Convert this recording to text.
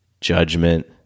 judgment